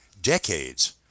decades